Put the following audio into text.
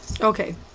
okay